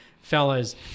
fellas